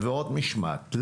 עבירות משמעת,